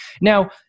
Now